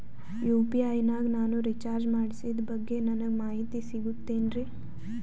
UPI ನಾಗ ನಾನು recharge ಮಾಡಿಸಿದ ಬಗ್ಗೆ ನನಗೆ ಮಾಹಿತಿ ಸಿಗುತೇನ್ರೀ?